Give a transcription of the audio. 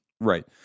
Right